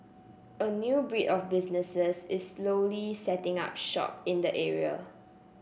a new breed of businesses is slowly setting up shop in the area